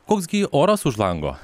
koks gi oras už lango